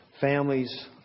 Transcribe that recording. families